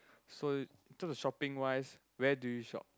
so in terms of shopping wise where do you shop